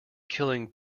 killing